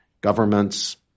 governments